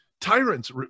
tyrants